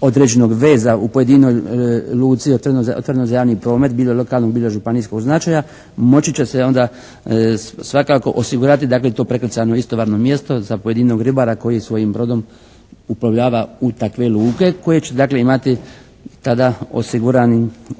određenog veza u pojedinoj luci otvorenoj za javni promet bilo lokalnog bilo županijskog značaja moći će se onda svakako osigurati to prekrcajno, istovarno mjesto za pojedinog ribara koji svojim brodom uplovljava u takve luke koje će dakle imati